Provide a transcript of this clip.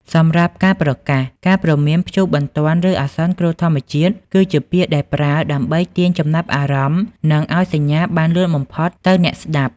សម្រាប់ការប្រកាស ការព្រមានព្យុះបន្ទាន់ឬអាសន្នគ្រោះធម្មជាតិគឺជាពាក្យដែលប្រើដើម្បីទាញចំណាប់អារម្មណ៍និងឲ្យសញ្ញាបានលឿនបំផុតទៅអ្នកស្តាប់។